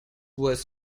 was